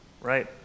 right